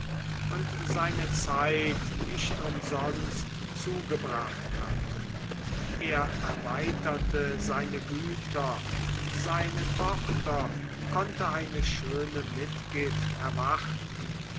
und seine zeit nicht umsonst zugebracht hatte er erweiterte seine güter seine tochter konnte eine schöne mitgift erwarten